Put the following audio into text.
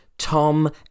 Tom